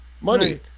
money